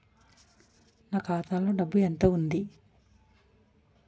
నా ఖాతాలో డబ్బు ఎంత ఉంది?